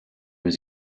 was